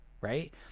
right